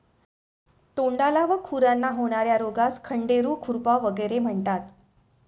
तोंडाला व खुरांना होणार्या रोगास खंडेरू, खुरपा वगैरे म्हणतात